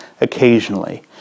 occasionally